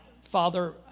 Father